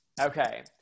Okay